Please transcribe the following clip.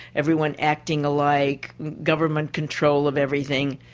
everyone acting alike, government control of everything.